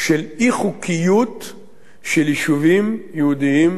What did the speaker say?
של אי-חוקיות של יישובים יהודיים בשומרון וביהודה.